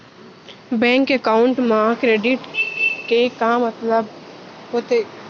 Bank account मा credit के का मतलब होथे?